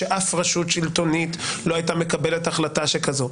כשאף רשות שלטונית לא הייתה מקבלת החלטה שכזאת,